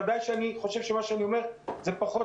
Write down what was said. בוודאי אני חושב שמה שאני אומר הוא פחות